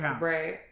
Right